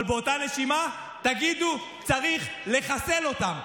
אבל באותה נשימה תגידו: צריך לחסל אותם.